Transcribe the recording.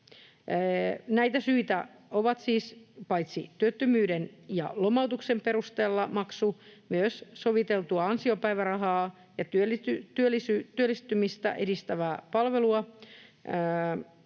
Näitä syitä ovat siis paitsi maksu työttömyyden ja lomautuksen perusteella, myös soviteltu ansiopäiväraha ja työllistymistä edistävässä palvelussa